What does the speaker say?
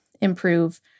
improve